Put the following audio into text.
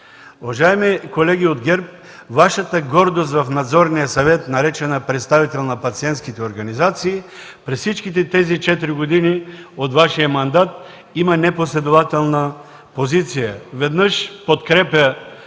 Уважаеми колеги от ГЕРБ, Вашата гордост в Надзорния съвет, наречена „представител на пациентските организации”, през всичките четири години от Вашия мандат има непоследователна позиция. Веднъж подкрепя